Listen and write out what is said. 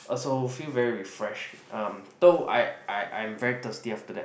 also feel very refreshed um though I I I am very thirty after that